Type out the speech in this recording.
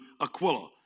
Aquila